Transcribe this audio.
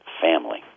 family